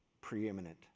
preeminent